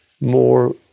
more